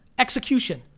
execution.